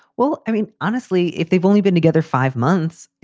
well, i mean, honestly, if they've only been together five months,